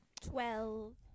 Twelve